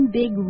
big